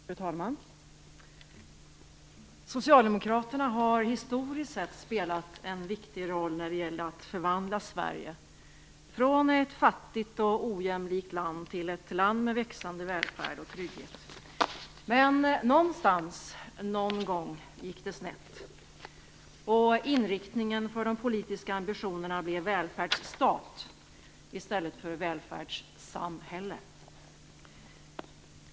Fru talman! Socialdemokraterna har historiskt sett spelat en viktig roll när det gällde att förvandla Sverige från ett fattigt och ojämlikt land till ett land med växande välfärd och trygghet. Men någonstans, någon gång, gick det snett och inriktningen för de politiska ambitionerna blev välfärdsstat i stället för välfärdssamhälle.